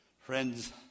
Friends